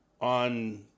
on